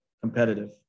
competitive